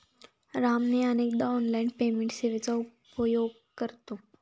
राम अनेकदा online payment सेवेचा उपयोग करतो